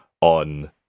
on